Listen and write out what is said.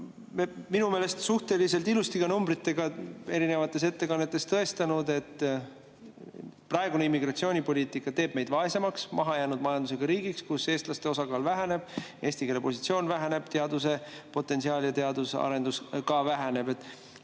Minu meelest oleme suhteliselt ilusti ka numbritega erinevates ettekannetes tõestanud, et praegune immigratsioonipoliitika teeb meid vaesemaks, mahajäänud majandusega riigiks, kus eestlaste osakaal väheneb, eesti keele positsioon [halveneb], teaduse potentsiaal ja teaduse arendus ka väheneb.